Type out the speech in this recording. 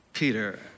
Peter